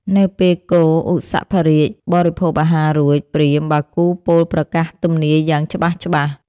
នៅពេលគោឧសភរាជបរិភោគអាហាររួច ព្រាហ្មណ៍បាគូពោលប្រកាសទំនាយយ៉ាងច្បាស់ៗ។